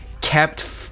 kept